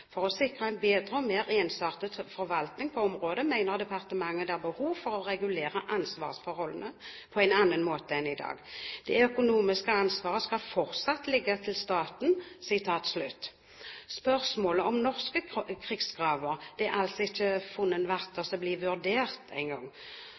å sikre en bedre og mer ensartet forvaltning på området mener departementet det er behov for å regulere ansvarsforholdene på en annen måte enn i dag. Det økonomiske ansvaret skal fortsatt ligge til staten.» Spørsmålet om norske krigsgraver er altså ikke engang funnet